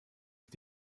ist